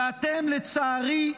ואתם, לצערי,